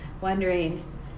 wondering